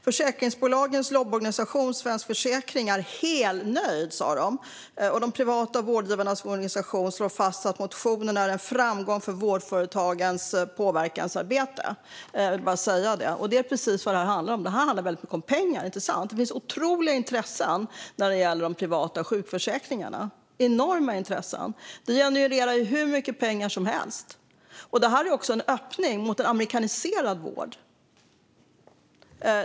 Försäkringsbolagens lobbyorganisation Svensk Försäkring sa att de var helnöjda, och de privata vårdgivarnas organisation slog fast att motionen var en framgång för vårdföretagens påverkansarbete. Jag ville bara säga det. Det här är precis vad det handlar om; det handlar om pengar. Det finns otroliga intressen när det gäller de privata sjukförsäkringarna. Det är enorma intressen! Det genererar hur mycket pengar som helst. Dessutom är det en öppning för en amerikaniserad vård.